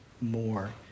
more